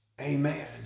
amen